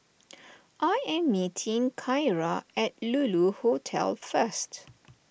I am meeting Kyra at Lulu Hotel first